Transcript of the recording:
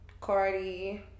Cardi